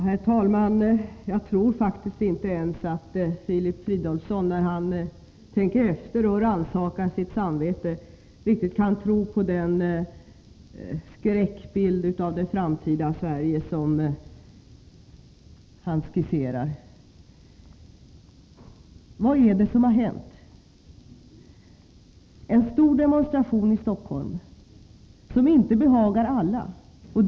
Herr talman! Jag tror faktiskt inte att ens Filip Fridolfsson, när han tänker efter och rannsakar sitt samvete, riktigt kan tro på den skräckbild av det framtida Sverige som han skisserar. Vad är det som har hänt? En stor demonstration som inte behagar alla har ägt rum i Stockholm.